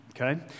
okay